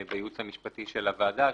הייעוץ המשפטי של הוועדה,